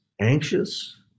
anxious